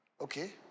Okay